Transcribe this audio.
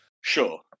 sure